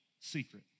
secret